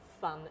fun